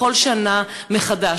בכל שנה מחדש.